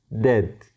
dead